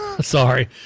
sorry